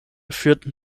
führten